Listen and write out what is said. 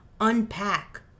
unpack